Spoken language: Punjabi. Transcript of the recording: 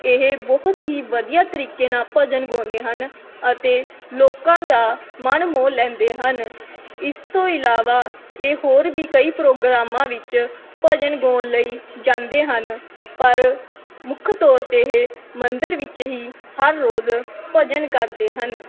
ਇਹ ਬਹੁਤ ਹੀ ਵਧੀਆ ਤਰੀਕੇ ਨਾਲ ਭਜਨ ਗਾਉਂਦੇ ਹਨ ਅਤੇ ਲੋਕਾਂ ਦਾ ਮਨ ਮੋਹ ਲੈਂਦੇ ਹਨ ਇਸ ਤੋਂ ਇਲਾਵਾ ਇਹ ਹੋਰ ਵੀ ਕਈ ਪ੍ਰੋਗਰਾਮਾਂ ਵਿੱਚ ਭਜਨ ਗਾਉਣ ਲਈ ਜਾਂਦੇ ਹਨ ਪਰ ਮੁੱਖ ਤੌਰ 'ਤੇ ਇਹ ਮੰਦਰ ਵਿੱਚ ਹੀ ਹਰ ਰੋਜ਼ ਭਜਨ ਕਰਦੇ ਹਨ